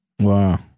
Wow